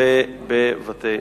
ובבתי-הספר.